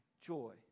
joy